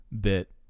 bit